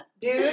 dude